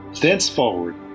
thenceforward